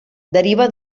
deriva